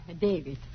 David